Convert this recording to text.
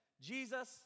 Jesus